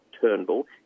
turnbull